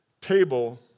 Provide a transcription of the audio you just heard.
Table